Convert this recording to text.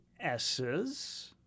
S's